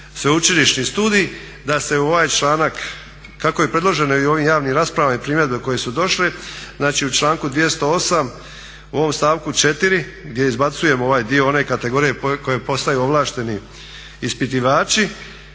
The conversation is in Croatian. sveučilišni studij da se u ovaj članak kako je predloženo i u ovim javnim raspravama i primjedbe koje su došle, znači u članku 208. u ovom stavku 4. gdje izbacujemo ovaj dio one kategorije koji postaju ovlašteni ispitivači